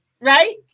right